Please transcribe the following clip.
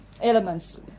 elements